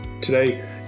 Today